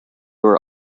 were